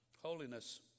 holiness